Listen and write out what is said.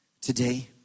today